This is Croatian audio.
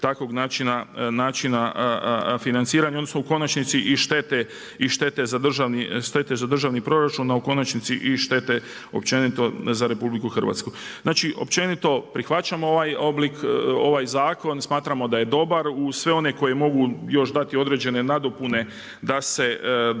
načina financiranja odnosno u konačnici i štete za državni proračun a u konačnici i štete općenito za RH. Znači općenito prihvaćamo ovaj oblik, ovaj zakon, smatramo da je dobar. Uz sve one koji mogu još dati određene nadopune da se on